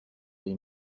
این